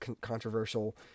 controversial